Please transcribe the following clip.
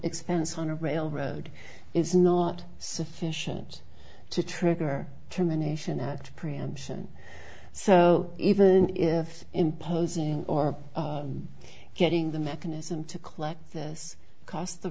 expense on a railroad is not sufficient to trigger terminations to preemption so even if imposing or getting the mechanism to collect this cost the